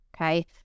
okay